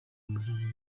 muryango